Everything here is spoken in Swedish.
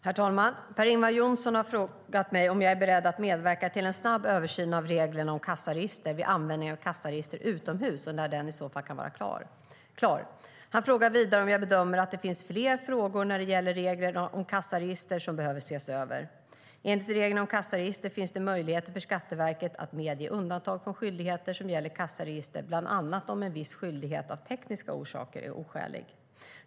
Herr talman! Per-Ingvar Johnsson har frågat mig om jag är beredd att medverka till en snabb översyn av reglerna om kassaregister vid användning av kassaregister utomhus och när den i så fall kan vara klar. Han frågar vidare om jag bedömer att det finns fler frågor när det gäller reglerna om kassaregister som behöver ses över. Enligt reglerna om kassaregister finns det möjlighet för Skatteverket att medge undantag från skyldigheter som gäller kassaregister, bland annat om en viss skyldighet av tekniska orsaker är oskälig.